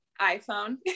iPhone